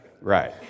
Right